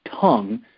tongue